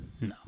No